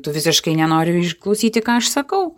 tu visiškai nenori išklausyti ką aš sakau